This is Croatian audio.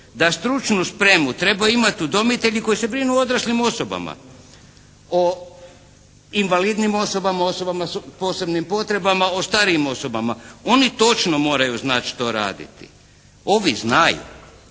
da stručnu spremu trebaju imati udomitelji koji se brinu o odraslim osobama, o invalidnim osobama, osobama s posebnim potrebama, o starijim osobama. Oni točno moraju znati šta raditi. Ovi znaju.